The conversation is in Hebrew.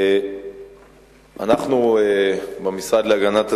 אנחנו במשרד להגנת הסביבה,